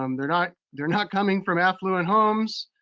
um they're not they're not coming from affluent homes.